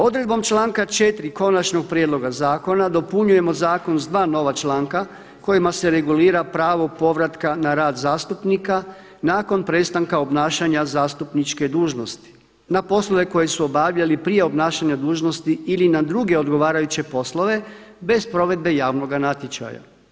Odredbom članka 4. Konačnog prijedloga zakona dopunjujemo zakon sa dva nova članka kojima se regulira pravo povratka na rad zastupnika nakon prestanka obnašanja zastupničke dužnosti na poslove koje su obavljali prije obnašanja dužnosti ili na druge odgovarajuće poslove bez provedbe javnoga natječaja.